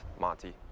Monty